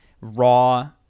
raw